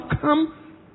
come